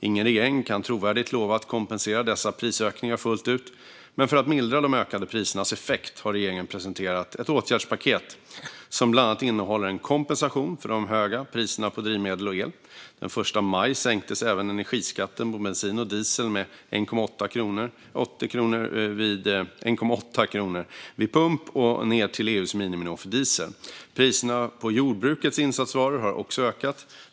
Ingen regering kan trovärdigt lova att kompensera dessa prisökningar fullt ut, men för att mildra de ökade prisernas effekter har regeringen presenterat ett åtgärdspaket som bland annat innehåller en kompensation för de höga priserna på drivmedel och el. Den 1 maj sänktes även energiskatten på bensin och diesel med 1,80 kronor vid pump, ned till EU:s miniminivå för diesel. Priserna på jordbrukets insatsvaror har också ökat.